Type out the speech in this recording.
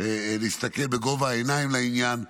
להסתכל בגובה העיניים לעניין,